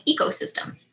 ecosystem